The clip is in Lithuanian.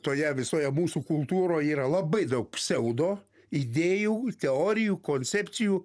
toje visoje mūsų kultūroje yra labai daug pseudo idėjų teorijų koncepcijų